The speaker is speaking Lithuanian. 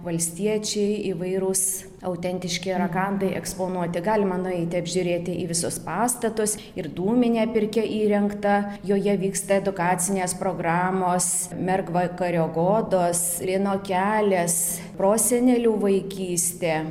valstiečiai įvairūs autentiški rakandai eksponuoti galima nueiti apžiūrėti į visus pastatus ir dūminę pirkią įrengtą joje vyksta edukacinės programos mergvakario godos lino kelias prosenelių vaikystė